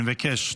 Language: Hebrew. אני מבקש.